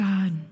God